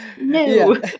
no